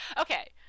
Okay